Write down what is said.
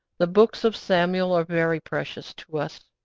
the books of samuel are very precious to us,